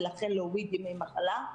ולכן להוריד ימי מחלה.